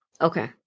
Okay